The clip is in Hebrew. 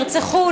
נרצחו,